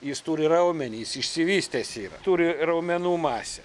jis turi raumenį jis išsivystęs yra turi raumenų masę